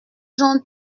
jean